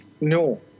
No